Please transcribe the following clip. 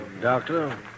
doctor